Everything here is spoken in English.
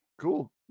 Cool